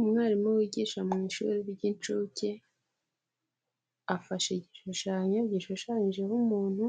Umwarimu wigisha mu ishuri ry'incuke afashe igishushanyo gishushanyijeho umuntu,